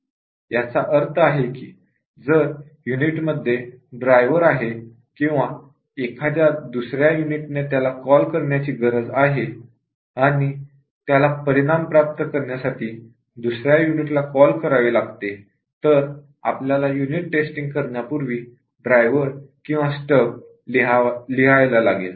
याचा अर्थ आहे कि जर युनिट मध्ये ड्राईव्हर आहे किंवा एखाद्या दुसऱ्या युनिट ने त्याला कॉल करायची गरज आहे आणि त्याला परिणाम प्राप्त करण्यासाठी दुसऱ्या युनिट ला कॉल करावे लागते तर आपल्याला युनिट टेस्टिंग करण्यापूर्वी ड्राइवर किंवा स्टब लिहायला लागेल